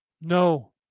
No